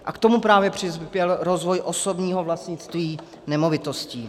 A k tomu právě přispěl rozvoj osobního vlastnictví nemovitostí.